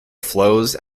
flows